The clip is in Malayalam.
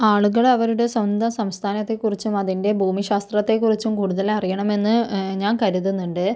ആളുകള് അവരുടെ സ്വന്തം സംസ്ഥാനത്തെ കുറിച്ചും അതിൻ്റെ ഭൂമിശാസ്ത്രത്തെ കുറിച്ചും കൂടുതലറിയണമെന്ന് ഞാൻ കരുതുന്നുണ്ട്